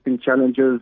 challenges